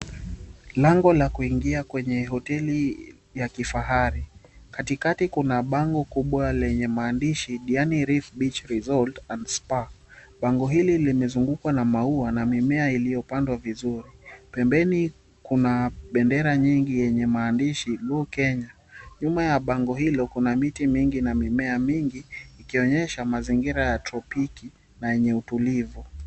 Lango la kuingia kwenye hoteli ya kifahari. Katikati kuna bango kubwa lenye maandishi, "Diani Reef Beach Resort and Spa". Bango hili limezungukwa na maua na mimea iliyopandwa vizuri. Pembeni kuna bendera nyingi yenye maandishi, "Go Kenya". Nyuma ya bango hilo, kuna miti mingi na mimea mingi, ikionyesha mazingira ya tropiki na yenye utulivu.